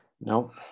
no